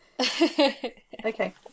okay